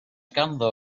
ganddo